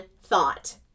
thought